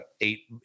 eight